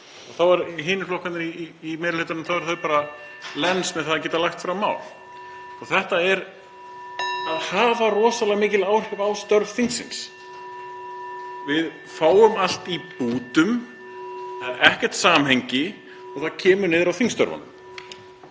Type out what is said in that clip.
Og þá eru hinir flokkarnir í meiri hlutanum bara lens með að geta lagt fram mál. Þetta hefur rosalega mikil áhrif á störf þingsins. Við fáum allt í bútum. Það er ekkert samhengi og það kemur niður á þingstörfunum.